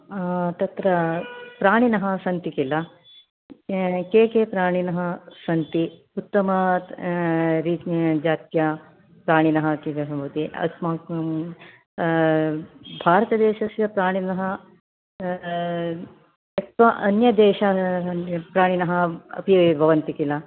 तत्र प्राणिनः सन्ति किल के के प्राणिनः सन्ति उत्तम रित् जात्या प्राणिनः किदृशं भवति अस्माकं भारतदेशस्य प्राणिनः त्यक्त्वा अन्यदेश प्राणिनः अपि एव भवन्ति किल